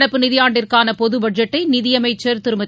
நடப்பு நிதியாண்டிற்கான பொது பட்ஜெட்டை நிதியமைச்சர் திருமதி